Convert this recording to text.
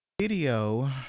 video